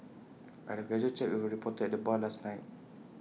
I had A casual chat with A reporter at the bar last night